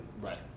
Right